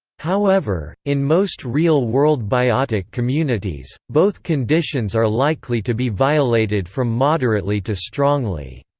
however, in most real-world biotic communities, both conditions are likely to be violated from moderately to strongly.